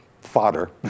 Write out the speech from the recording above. fodder